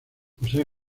posee